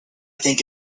think